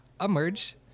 emerge